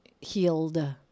healed